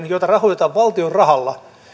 joita rahoitetaan valtion rahalla